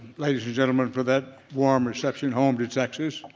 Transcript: ladies and gentlemen for that warm reception home to texas,